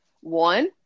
One